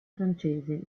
francese